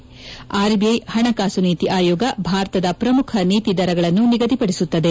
ಖಃಖ ಹಣಕಾಸು ನೀತಿ ಆಯೋಗ ಭಾರತದ ಪ್ರಮುಖ ನೀತಿ ದರಗಳನ್ನು ನಿಗದಿ ಪಡಿಸುತ್ತದೆ